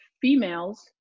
females